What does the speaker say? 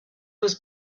was